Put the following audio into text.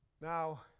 Now